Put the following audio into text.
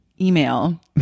email